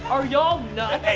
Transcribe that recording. are y'all nuts?